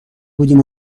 بودیم